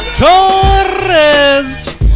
Torres